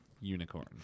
unicorn